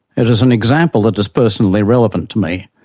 it is an example that is personally relevant to me,